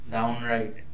Downright